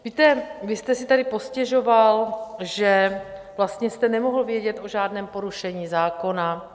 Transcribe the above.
Víte, vy jste si tady postěžoval, že vlastně jste nemohl vědět o žádném porušení zákona.